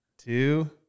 Two